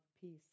peace